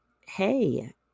Hey